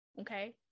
okay